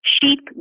sheep